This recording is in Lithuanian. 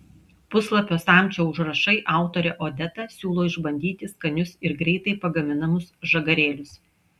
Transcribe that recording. puslapio samčio užrašai autorė odeta siūlo išbandyti skanius ir greitai pagaminamus žagarėlius